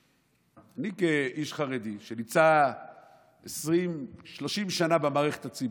אני כאיש חרדי שנמצא 20 30 שנה במערכת הציבורית,